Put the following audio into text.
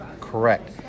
Correct